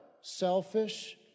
selfish